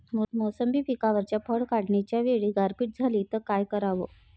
मोसंबी पिकावरच्या फळं काढनीच्या वेळी गारपीट झाली त काय कराव?